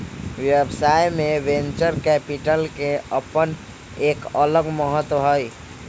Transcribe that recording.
व्यवसाय में venture capital के अपन एक अलग महत्व हई